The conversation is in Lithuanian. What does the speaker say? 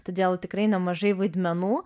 todėl tikrai nemažai vaidmenų